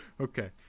Okay